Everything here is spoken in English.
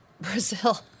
Brazil